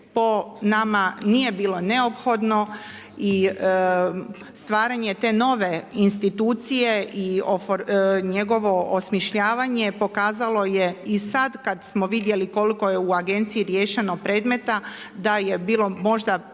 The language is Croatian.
po nama nije bilo neophodno i stvaranje te nove institucije i njegovo osmišljavanje pokazalo je i sad kad smo vidjeli koliko je u agenciji riješeno predmeta da je bilo možda